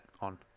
on